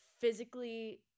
physically